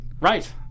Right